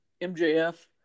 mjf